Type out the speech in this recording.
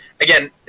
again